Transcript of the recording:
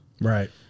right